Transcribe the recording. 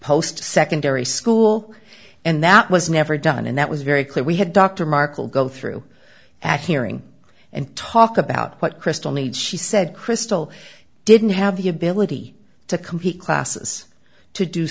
post secondary school and that was never done and that was very clear we had dr markel go through at hearing and talk about what crystal needs she said crystal didn't have the ability to compete classes to do